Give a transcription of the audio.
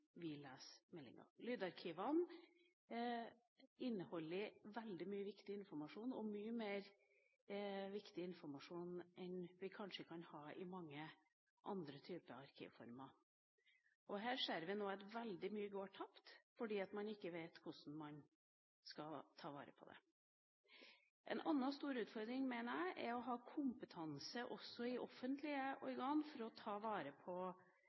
vi leser meldinga. Lydarkivene inneholder veldig mye viktig informasjon og mye mer viktig informasjon enn vi kanskje kan ha i mange andre typer arkiv. Her ser vi nå at veldig mye går tapt fordi man ikke vet hvordan man skal ta vare på det. En annen stor utfordring mener jeg er å ha kompetanse også i offentlige organer for å ta vare på